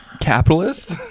Capitalist